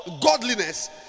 godliness